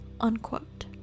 unquote